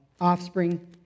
offspring